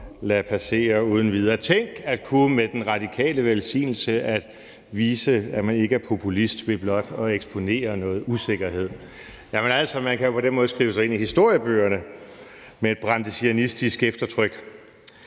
lade passere uden videre: Tænk, at man med den radikale velsignelse kan vise, at man ikke er populist, ved blot at eksponere noget usikkerhed. Jamen altså, man kan jo på den måde skrive sig ind i historiebøgerne med et brandesiansk eftertryk.